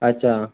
अछा